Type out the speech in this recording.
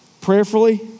prayerfully